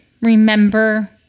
remember